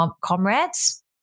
comrades